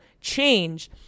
Change